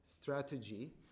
strategy